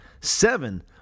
Seven